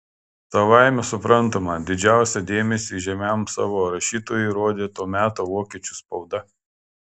savaime suprantama didžiausią dėmesį įžymiajam savo rašytojui rodė to meto vokiečių spauda